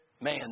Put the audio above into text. man